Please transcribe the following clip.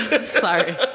Sorry